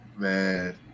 Man